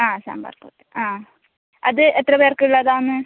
ആ സാമ്പാർ ആ അത് എത്ര പേർക്കുള്ളതാണ്